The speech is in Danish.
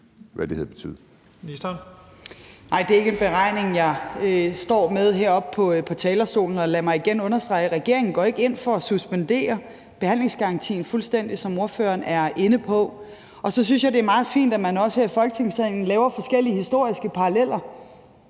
(Sophie Løhde): Nej, det er ikke en beregning, jeg står med heroppe på talerstolen. Lad mig igen understrege, at regeringen ikke går ind for at suspendere behandlingsgarantien fuldstændig, som spørgeren er inde på. Så synes jeg, det er meget fint, at man her i Folketingssalen laver forskellige historiske paralleller,